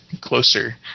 closer